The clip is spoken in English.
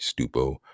Stupo